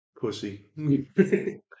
Pussy